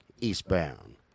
eastbound